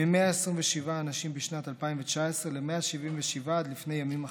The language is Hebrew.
מ-127 בשנת 2019 ל-177 עד לפני ימים אחדים,